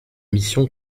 mission